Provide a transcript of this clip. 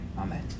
amen